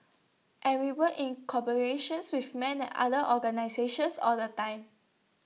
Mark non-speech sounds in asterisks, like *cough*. and we work in *unintelligible* with men and other organisations all the time